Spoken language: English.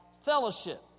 fellowship